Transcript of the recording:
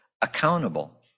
accountable